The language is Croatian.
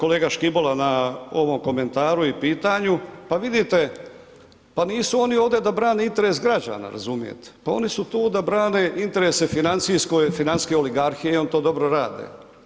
Hvala kolega Škibola na ovom komentaru i pitanju, pa vidite pa nisu oni ovdje da brane interes građana razumijete, pa oni su tu da brane interese financijske oligarhije i oni to dobro rade.